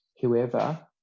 whoever